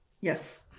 yes